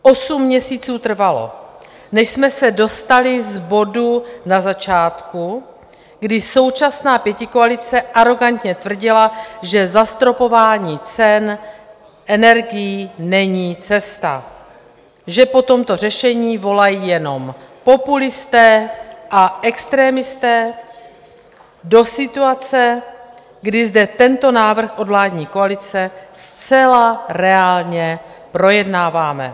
Osm měsíců trvalo, než jsme se dostali z bodu na začátku, kdy současná pětikoalice arogantně tvrdila, že zastropování cen energií není cesta, že po tomto řešení volají jenom populisté a extremisté, do situace, kdy zde tento návrh od vládní koalice zcela reálně projednáváme.